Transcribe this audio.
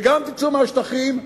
וגם תצאו מהשטחים,